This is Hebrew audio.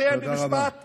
לסיים במשפט אחד: